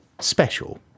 special